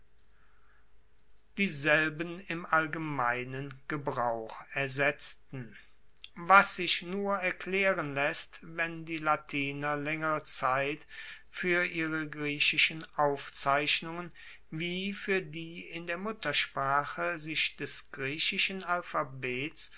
dieselben im gemeinen gebrauch ersetzten was sich nur erklaeren laesst wenn die latiner laengere zeit fuer ihre griechischen aufzeichnungen wie fuer die in der muttersprache sich des griechischen alphabets